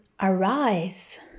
Arise